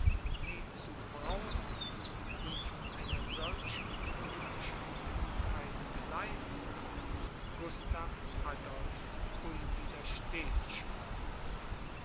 sie zu gebrauchen und von einer solchen politischen klugheit geleitet gustav adolph unwiderstehlich war